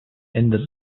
entered